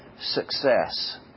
success